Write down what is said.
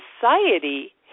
society